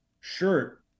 shirt